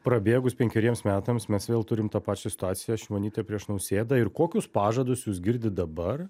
prabėgus penkeriems metams mes vėl turim tą pačią situaciją šimonytė prieš nausėdą ir kokius pažadus jūs girdit dabar